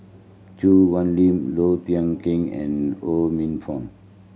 Choo Hwee Lim Low Thia Khiang and Ho Minfong